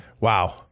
Wow